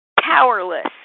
powerless